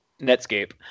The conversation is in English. Netscape